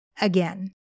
Again